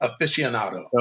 aficionado